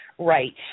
Right